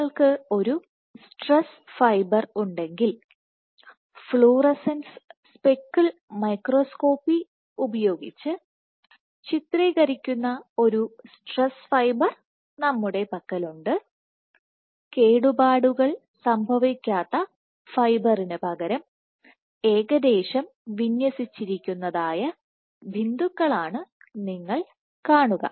നിങ്ങൾക്ക് ഒരു stress fibre ഉണ്ടെങ്കിൽ ഫ്ലൂറസെൻസ് സ്പെക്കിൾ മൈക്രോസ്കോപ്പി ഉപയോഗിച്ച് ചിത്രീകരിക്കുന്ന ഒരു സ്ട്രെസ് ഫൈബർ നമ്മുടെ പക്കലുണ്ട് കേടുപാടുകൾ സംഭവിക്കാത്ത ഫൈബറിന് പകരം ഏകദേശം വിന്യസിച്ചിരിക്കുന്നതായ ബിന്ദുക്കളാണ് നിങ്ങൾ കാണുക